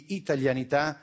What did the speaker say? italianità